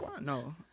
No